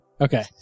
Okay